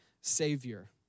Savior